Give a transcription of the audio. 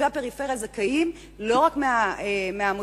תושבי הפריפריה זכאים להתייחסות הוגנת ושווה להתייחסות